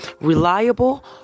Reliable